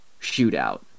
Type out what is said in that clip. shootout